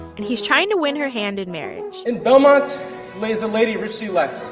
and he's trying to win her hand in marriage in belmont lays a lady richly left,